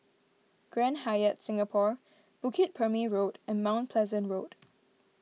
Grand Hyatt Singapore Bukit Purmei Road and Mount Pleasant Road